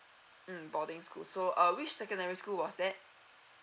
mm boarding school so uh which secondary school was that